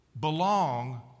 belong